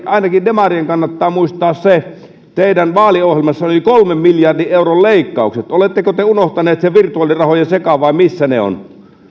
ainakin demarien kannattaa muistaa se että teidän vaaliohjelmassanne oli kolmen miljardin euron leikkaukset oletteko te unohtaneet sen virtuaalirahojen sekaan vai missä ne ovat